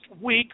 week